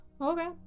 Okay